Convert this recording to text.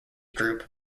group